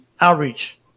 outreach